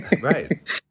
right